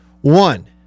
One